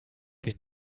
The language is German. wir